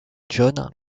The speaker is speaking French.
john